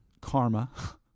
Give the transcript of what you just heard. karma